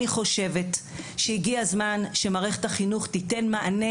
אני חושבת שהגיע הזמן שמערכת החינוך תיתן מענה